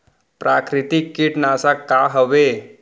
प्राकृतिक कीटनाशक का हवे?